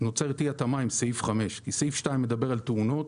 אי התאמה עם סעיף (5) כי סעיף (2) מדבר על תאונות,